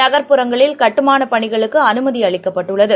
நகர்ப்புறங்களில் கட்டுமானபணிகளுக்குஅனுமதிஅளிக்கப்பட்டுள்ளது